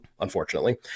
unfortunately